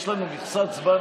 יש לנו מכסת זמן,